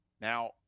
Now